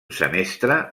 semestre